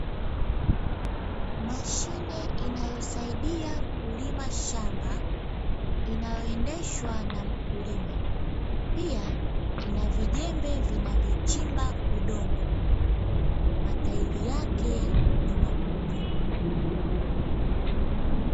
Mashine inayosaidia kulima shamba, inayoendeshwa na mkulima, pia ina vijembe vinavyochimba udongo, matairi yake ni makubwa.